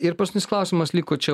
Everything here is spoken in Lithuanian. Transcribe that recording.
ir paskutinis klausimas liko čia